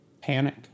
Panic